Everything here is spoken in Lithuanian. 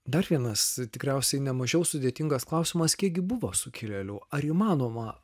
dar vienas tikriausiai ne mažiau sudėtingas klausimas kiek gi buvo sukilėlių ar įmanoma